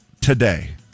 today